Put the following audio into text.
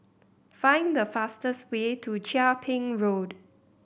find the fastest way to Chia Ping Road